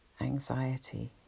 anxiety